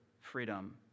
freedom